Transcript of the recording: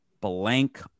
blank